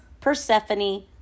Persephone